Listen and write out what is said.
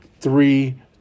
three